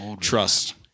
trust